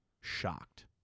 shocked